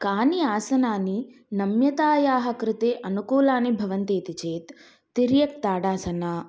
कानि आसनानि नम्यतायाः कृते अनुकूलानि भवन्ति इति चेत् तिर्यक्ताडासना